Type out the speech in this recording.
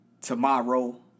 tomorrow